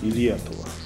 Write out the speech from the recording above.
į lietuvą